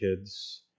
kids